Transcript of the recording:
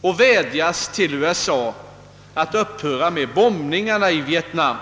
och vädjas det till USA att upphöra med bombningen i Vietnam.